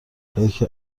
کیک